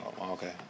Okay